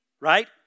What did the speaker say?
right